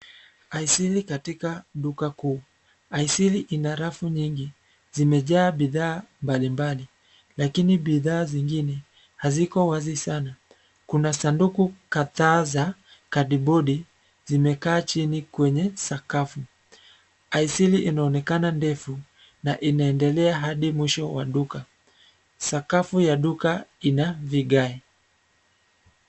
Aisili katika duka kuu. Aisili ina rafu nyingi zimejaa bidhaaa mbalimbali lakini bidhaaa zingine haziko wazi sana. Kuna sanduku kadhaa za kadbodi zimekaa chini kwenye sakafu. Aisili inaonekana ndefu na inaendelea hadi mwisho wa duka. Sakafu ya duka ina vigae.